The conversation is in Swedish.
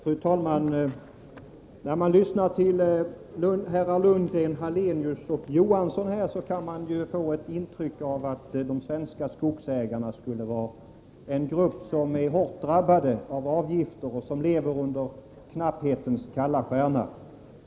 Fru talman! När man lyssnar till herrar Lundgren, Hallenius och Johansson kan man få intrycket att de svenska skogsägarna skulle vara en grupp som är hårt drabbad av avgifter och som lever under knapphetens kalla stjärna.